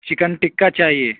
chicken tikka چاہیے